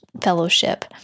fellowship